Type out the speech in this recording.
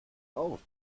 auf